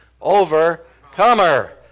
overcomer